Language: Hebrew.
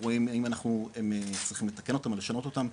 ורואים האם הם צריכים לתקן אותם או לשנות אותם,